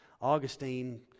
Augustine